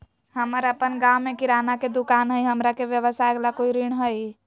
हमर अपन गांव में किराना के दुकान हई, हमरा के व्यवसाय ला कोई ऋण हई?